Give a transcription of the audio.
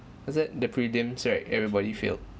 was it the prelims right everybody failed